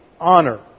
honor